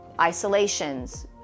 isolations